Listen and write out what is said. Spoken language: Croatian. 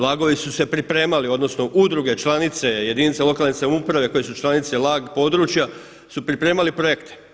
LAG-ovi su se pripremali, odnosno udruge, članice, jedinice lokalne samouprave koje su članice LAG područja su pripremali projekte.